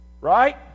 Right